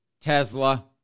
Tesla